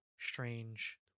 strange